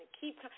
keep